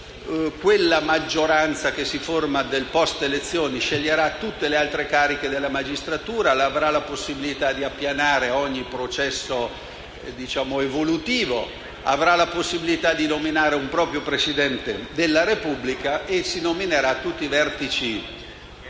quella maggioranza che si forma nel *post*‑elezioni sceglierà tutte le alte cariche della magistratura; avrà la possibilità di appianare ogni processo evolutivo; avrà la possibilità di nominare un proprio Presidente della Repubblica e nominerà tutti i vertici